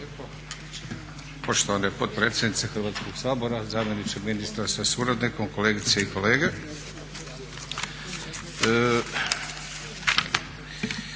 poštovana potpredsjednice Hrvatskog sabora, zamjeniče ministra sa suradnikom, kolegice i kolege.